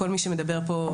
כל מי שמדבר פה,